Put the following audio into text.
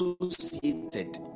associated